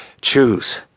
choose